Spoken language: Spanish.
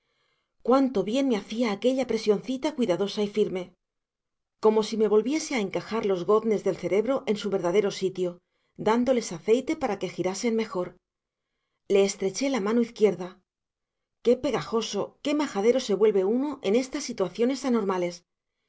cuánto bien me hacía aquella presioncita cuidadosa y firme como si me volviese a encajar los goznes del cerebro en su verdadero sitio dándoles aceite para que girasen mejor le estreché la mano izquierda qué pegajoso qué majadero se vuelve uno en estas situaciones anormales